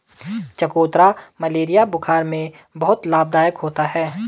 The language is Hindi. चकोतरा मलेरिया बुखार में बहुत लाभदायक होता है